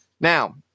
Now